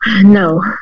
No